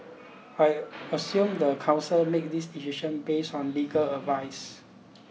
I assume the council made this decision based on legal advice